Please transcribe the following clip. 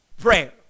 prayer